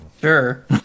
Sure